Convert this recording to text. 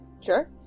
Sure